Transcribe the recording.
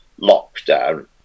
lockdown